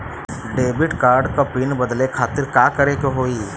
Debit card क PIN बदले खातिर का करेके होई?